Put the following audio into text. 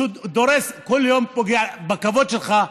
דורס כל יום ופוגע בכבוד שלך,